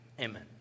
Amen